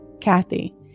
Kathy